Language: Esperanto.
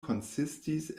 konsistis